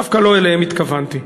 דווקא לא אליהם התכוונתי.